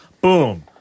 boom